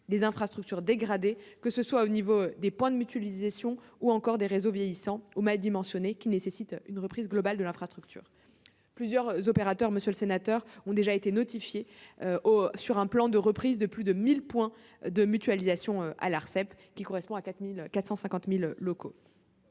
des infrastructures dégradées, que ce soit au niveau des points de mutualisation ou des réseaux vieillissants ou mal dimensionnés qui nécessitent une reprise globale de l'infrastructure. Plusieurs opérateurs ont déjà notifié un plan de reprise de 1 000 points de mutualisation à l'Arcep, correspondant à 450 000 locaux.